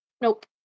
Nope